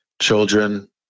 children